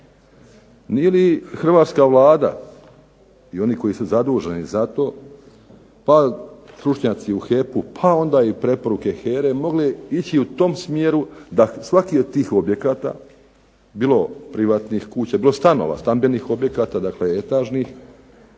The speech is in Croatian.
Nije li hrvatska Vlada i oni koji su zaduženi za to, pa stručnjaci u HEP-u, pa onda i preporuke HERE mogle ići u tom smjeru da svaki od tih objekata bilo privatnih kuća, bilo stanova, stambenih objekata dakle etažnih